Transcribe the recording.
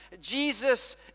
Jesus